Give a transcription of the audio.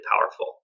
powerful